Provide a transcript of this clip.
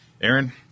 Aaron